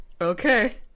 Okay